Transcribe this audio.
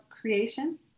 creation